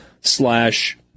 slash